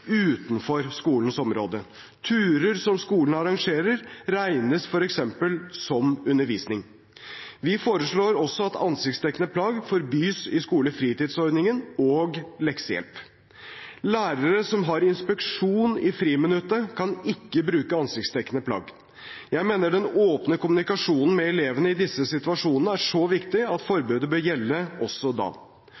utenfor skolens område. Turer som skolen arrangerer, regnes f.eks. som undervisning. Vi foreslår også at ansiktsdekkende plagg forbys i skolefritidsordningen og ved leksehjelp. Lærere som har inspeksjon i friminuttet, kan ikke bruke ansiktsdekkende plagg. Jeg mener den åpne kommunikasjonen med elevene i disse situasjonene er så viktig at forbudet bør gjelde også da. For